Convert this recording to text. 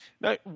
Now